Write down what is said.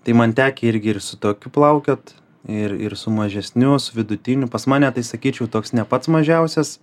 tai man tekę irgi ir su tokiu plaukiot ir ir su mažesniu su vidutiniu pas mane tai sakyčiau toks ne pats mažiausias